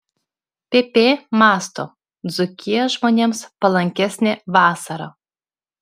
pp mąsto dzūkija žmonėms palankesnė vasarą